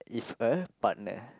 if a partner